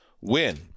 win